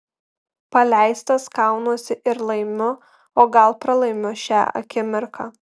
paleistas kaunuosi ir laimiu o gal pralaimiu šią akimirką